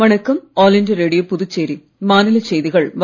வணக்கம் all India radio Puducherry மாநிலச் செய்திகள் வாசிப்பவர்